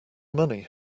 money